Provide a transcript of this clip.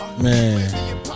man